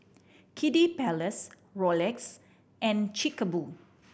Kiddy Palace Rolex and Chic a Boo